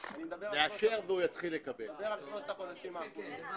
תהיו היחידים בעניין הזה, האם